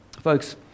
Folks